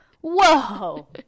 whoa